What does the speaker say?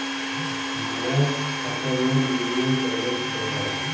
हमरा खाता में मिनिमम बैलेंस बताहु?